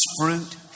fruit